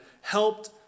helped